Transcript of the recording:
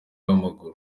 w’amaguru